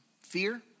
Fear